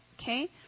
okay